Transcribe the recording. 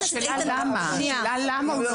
השאלה למה הוא לא עובד.